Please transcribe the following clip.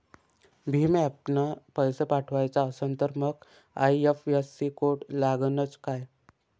भीम ॲपनं पैसे पाठवायचा असन तर मंग आय.एफ.एस.सी कोड लागनच काय?